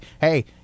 Hey